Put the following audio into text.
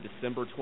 December